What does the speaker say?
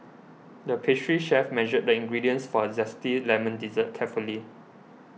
the pastry chef measured the ingredients for a Zesty Lemon Dessert carefully